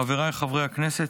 חבריי חברי הכנסת,